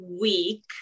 week